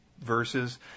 verses